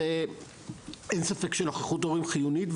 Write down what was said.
אין ספק שנוכחות הורים חיונית,